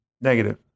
Negative